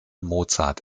mozart